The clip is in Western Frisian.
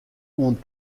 oant